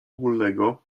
ogólnego